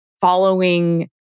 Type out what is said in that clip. following